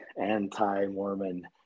anti-Mormon